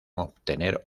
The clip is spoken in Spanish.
obtener